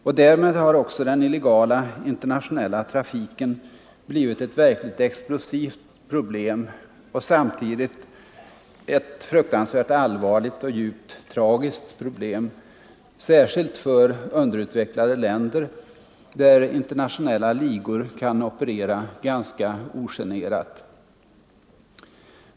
Och därmed har också den illegala internationella trafiken blivit ett verkligt explosivt problem och samtidigt ett fruktansvärt allvarligt och djupt tragiskt problem, särskilt för underutvecklade länder, där internationella ligor kan operera ganska ogenerat.